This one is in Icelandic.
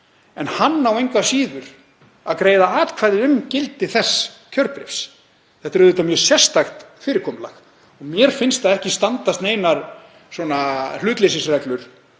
en hann á engu að síður að greiða atkvæði um gildi þess kjörbréfs. Þetta er auðvitað mjög sérstakt fyrirkomulag. Mér finnst það ekki standast neinar hlutleysisreglur